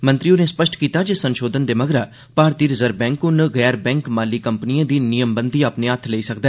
मंत्री होरें स्पष्ट कीता जे संशोधन दे मगरा भारती रिज़र्व बैंक हन गैर बैंक माली कम्पनियें दी नियमबंदी अपने हत्थ लेई सकदा